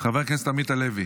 חבר הכנסת עמית הלוי,